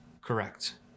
Correct